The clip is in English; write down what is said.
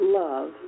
love